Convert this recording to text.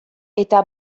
eta